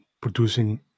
producing